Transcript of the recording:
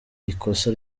ikosa